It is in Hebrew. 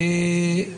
בסדר.